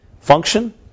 function